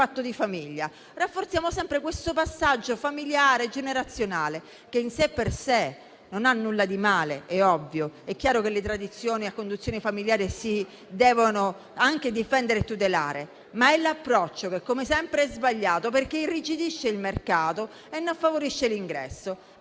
patto di famiglia, rafforziamo sempre questo passaggio familiare e generazionale, che in sé e per sé non ha nulla di male, è ovvio. È chiaro che le tradizioni a conduzione familiare si devono difendere e tutelare; ma è l'approccio che, come sempre, è sbagliato, perché irrigidisce il mercato e non favorisce l'ingresso.